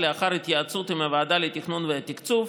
לאחר התייעצות עם הוועדה לתכנון ולתקצוב,